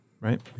right